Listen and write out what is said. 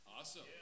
Awesome